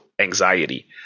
anxiety